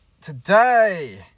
Today